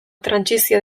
trantsizio